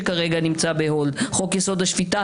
שכרגע נמצא בhold; חוק-יסוד: השפיטה,